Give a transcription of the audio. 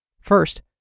First